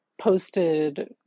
posted